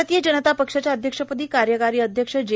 भारतीय जनता पक्षाच्या अध्यक्षपदी कार्यकारी अध्यक्ष जे